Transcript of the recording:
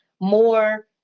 more